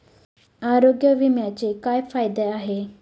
आरोग्य विम्याचे काय फायदे आहेत?